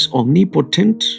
omnipotent